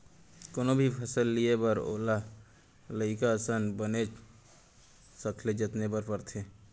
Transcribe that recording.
कोनो भी फसल लिये बर ओला लइका असन बनेच सखले जतने बर परथे